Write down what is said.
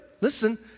Listen